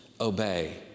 obey